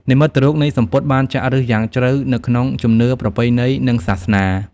និមិត្តរូបនៃសំពត់បានចាក់ឫសយ៉ាងជ្រៅនៅក្នុងជំនឿប្រពៃណីនិងសាសនា។